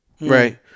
Right